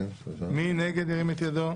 אין נגד,